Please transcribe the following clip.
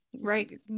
right